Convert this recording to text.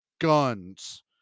guns